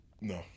No